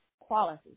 quality